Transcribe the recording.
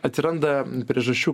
atsiranda priežasčių